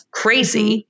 crazy